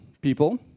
people